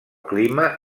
clima